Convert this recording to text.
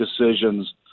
decisions